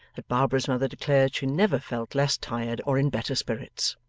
that barbara's mother declared she never felt less tired or in better spirits.